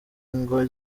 ngo